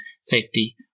safety